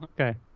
okay